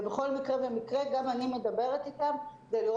ובכל מקרה ומקרה גם אני מדברת איתם כי יש